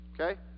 Okay